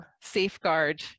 safeguard